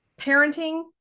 parenting